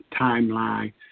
timeline